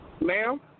Ma'am